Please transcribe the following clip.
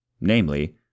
Namely